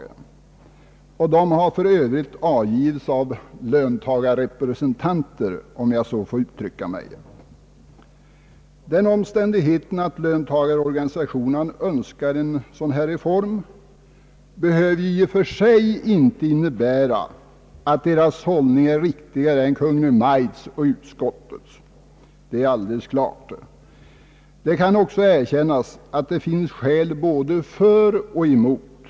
Dessa har för Öövrigt avgivits av löntagarrepresentanter, om jag så får uttrycka mig. Den omständigheten att löntagarorganisationerna önskar en sådan reform behöver i och för sig inte innebära att deras hållning är mera riktig än Kungl. Maj:ts och utskottets. Det är klart. Det kan också erkännas att det finns skäl både för och emot.